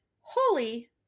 holy